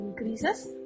increases